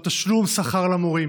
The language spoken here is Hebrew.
או תשלום שכר למורים.